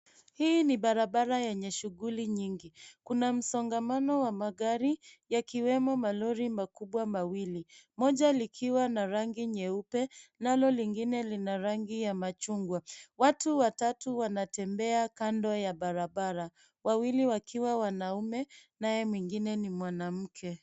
Hii ni barabara yenye shughuli nyingi. Kuna msongamano wa magari yakiwemo malori makubwa mawili moja likiwa na rangi nyeupe nalo lingine lina rangi ya machungwa. Watu watatu wanatembea kando ya barabara, wawili wakiwa wanaume naye mwingine ni mwanamke.